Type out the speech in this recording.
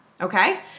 Okay